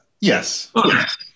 yes